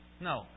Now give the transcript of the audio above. No